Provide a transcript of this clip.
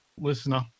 listener